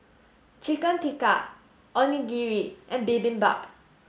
Chicken Tikka Onigiri and Bibimbap